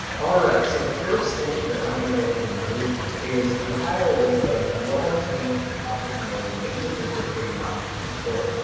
alright so the first thing that i'm gonna go ahead and do is compile a list of what i think entrepreneurs might need since we're creating an entrepreneur store.